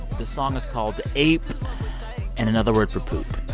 this song is called ape and another word for poop.